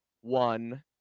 one